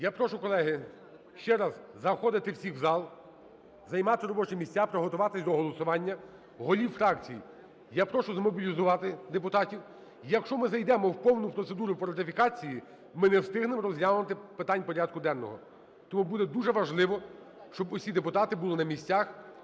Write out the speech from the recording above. Я прошу, колеги, ще раз заходити всіх в зал, займати робочі місця, приготуватись до голосування. Голів фракцій я прошу змобілізувати депутатів. Якщо ми зайдемо в повну процедуру по ратифікації, ми не встигнемо розглянути питання порядку денного. Тому буде важливо, щоб усі депутати були на місцях